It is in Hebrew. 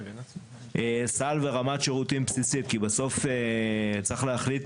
זה סל ורמת שירותים בסיסית, כי בסוף צריך להחליט